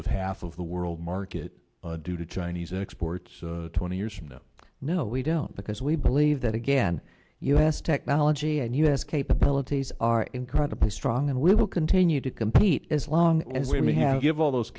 of half of the world market due to chinese exports twenty years from now no we don't because we believe that again u s technology and u s abilities are incredibly strong and we will continue to compete as long as we have give all those